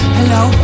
Hello